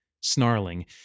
Snarling